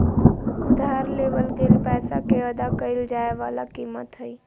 उधार लेवल गेल पैसा के अदा कइल जाय वला कीमत हइ